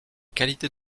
qualités